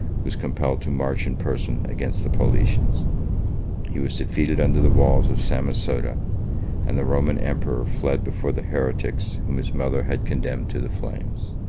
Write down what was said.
was compelled to march in person against the paulicians he was defeated under the walls of samosata and the roman emperor fled before the heretics whom his mother had condemned to the flames.